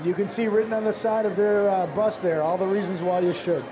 you can see written on the side of the bus they're all the reasons why you should